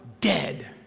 dead